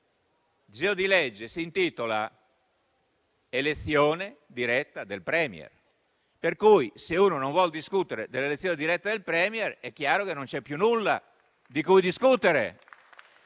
il disegno di legge si intitola elezione diretta del *Premier*. Se uno non vuole discutere dell'elezione diretta del *Premier*, è chiaro che non c'è più nulla di cui discutere.